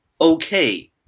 Okay